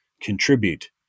contribute